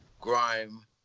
grime